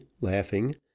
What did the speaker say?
laughing